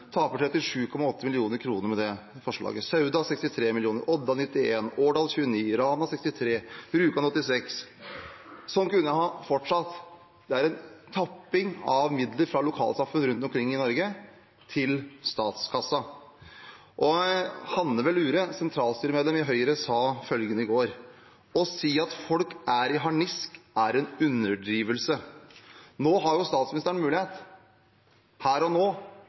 med det forslaget, Sauda taper 63 mill. kr, Odda 91 mill. kr, Årdal 29 mill. kr, Rana 63 mill. kr, Rjukan 86 mill. kr. Sånn kunne jeg ha fortsatt. Det er en tapping av midler fra lokalsamfunn rundt omkring i Norge til statskassa. Hanne Velure, sentralstyremedlem i Høyre, sa følgende i går: Å si at folk er i harnisk, er en underdrivelse. Nå har statsministeren en mulighet – her og